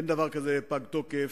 אין דבר כזה "פג תוקף"